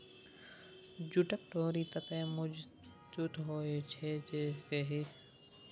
जूटक डोरि ततेक मजगुत होए छै जे की कही